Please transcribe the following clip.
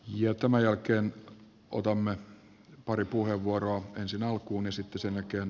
jo tämän jälkeen olemme pari puheenvuoroa ensin alkuun esitti selkeän